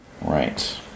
Right